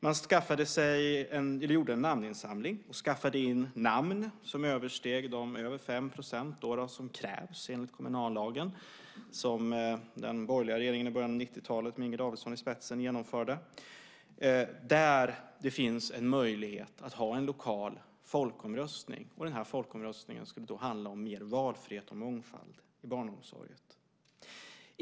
Man gjorde en namninsamling, och antalet insamlade namn översteg de 5 % som krävs enligt kommunallagen, som den borgerliga regeringen med Inger Davidson i spetsen genomförde i början av 90-talet, för att det ska finnas en möjlighet att ha en lokal folkomröstning. Den här folkomröstningen skulle då handla om mer valfrihet och mångfald i barnomsorgen.